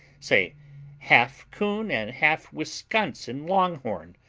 say half-coon and half-wisconsin longhorn,